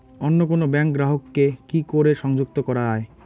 অন্য কোনো ব্যাংক গ্রাহক কে কি করে সংযুক্ত করা য়ায়?